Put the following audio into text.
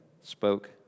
spoke